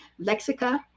Lexica